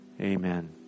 Amen